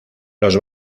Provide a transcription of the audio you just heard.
los